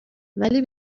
ولی